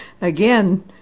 Again